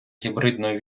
гібридної